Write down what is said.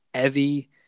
Evie